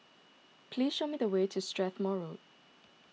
please show me the way to Strathmore Road